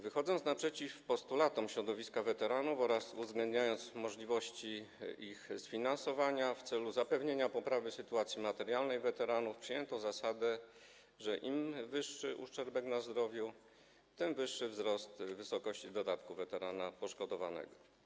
Wychodząc naprzeciw postulatom środowiska weteranów oraz uwzględniając możliwości ich sfinansowania, w celu zapewnienia poprawy sytuacji materialnej weteranów przyjęto zasadę, że im wyższy uszczerbek na zdrowiu, tym większy wzrost wysokości dodatku dla weterana poszkodowanego.